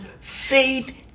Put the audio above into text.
faith